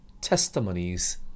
testimonies